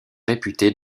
réputée